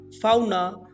fauna